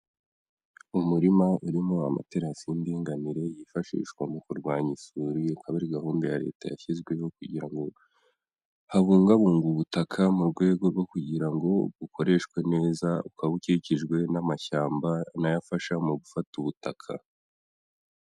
Umurima urimo amaterasi y'indinganire yifashishwa mu kurwanya isuri, akaba ari gahunda ya leta yashyizweho kugira ngo habungabungwe ubutaka mu rwego rwo kugira ngo bukoreshwe neza, bukaba bukikijwe n'amashyamba n'ayo afasha mu gufata ubutaka.